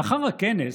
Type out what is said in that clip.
לאחר הכנס,